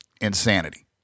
insanity